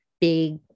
big